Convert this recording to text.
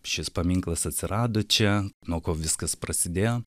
šis paminklas atsirado čia nuo ko viskas prasidėjo